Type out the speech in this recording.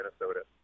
Minnesota